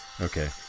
Okay